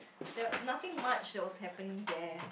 there are nothing much that was happening there